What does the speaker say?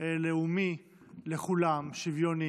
לאומי לכולם, שוויוני,